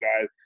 guys